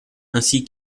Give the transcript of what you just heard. ainsi